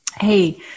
Hey